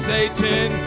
Satan